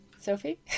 Sophie